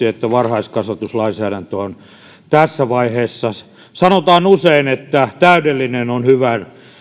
että varhaiskasvatuslainsäädäntö on tässä vaiheessa voidaan luonnehtia työvoitoksi usein sanotaan että täydellinen on hyvän